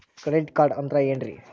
Credit card ಅಂದ್ರ ಏನ್ರೀ?